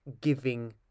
giving